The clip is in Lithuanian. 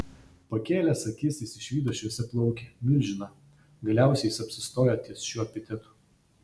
pakėlęs akis jis išvydo šviesiaplaukį milžiną galiausiai jis apsistojo ties šiuo epitetu